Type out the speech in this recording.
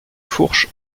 fourche